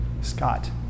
Scott